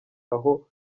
aho